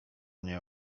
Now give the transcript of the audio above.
nie